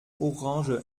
orange